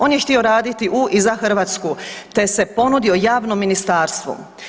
On je htio raditi u i za Hrvatsku te se ponudio javno ministarstvu.